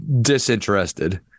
disinterested